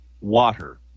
water